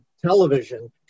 television